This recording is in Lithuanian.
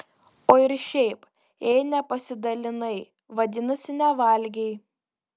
o ir šiaip jei nepasidalinai vadinasi nevalgei